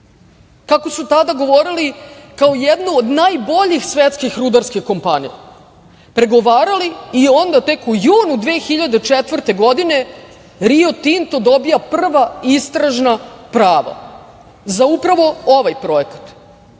kako su tada govorili, kao jednu od najboljih svetskih rudarskih kompanija. Pregovarali i onda tek u junu 2004. godine "Rio Tinto" dobija prva istražna prava za upravo ovaj projekat. Moje